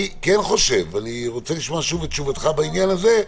אני רוצה לשמוע שוב את תשובתך בעניין הזה,